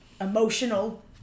emotional